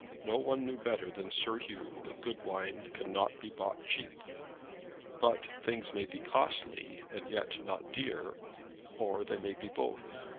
no one knew better than sir hugh that good wine cannot be bought cheap but things may be costly and yet not dear or they may be both.